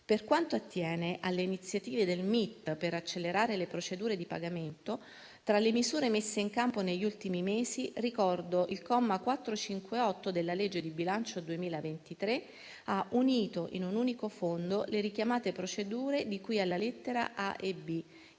Per quanto attiene alle iniziative del MIT per accelerare le procedure di pagamento, tra le misure messe in campo negli ultimi mesi ricordo che il comma 458 della legge di bilancio 2023 ha unito in un unico fondo le richiamate procedure di cui alle lettere